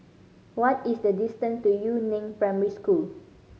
what is the distance to Yu Neng Primary School